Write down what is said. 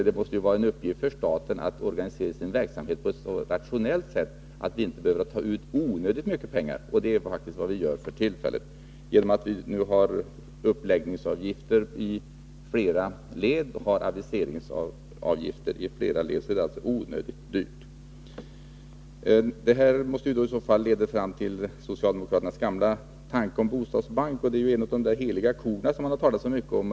Det måste vara en uppgift för staten att organisera sin verksamhet på ett rationellt sätt för att inte behöva ta ut onödigt mycket pengar, men det är faktiskt vad man gör för tillfället genom att ha uppläggningsavgifter i flera led och även aviseringsavgifter i flera led. Socialdemokraternas ståndpunkt i frågan leder fram till deras gamla tanke om en bostadsbank. Det är en av de heliga kor som det har talats så mycket om.